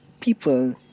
People